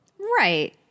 Right